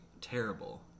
terrible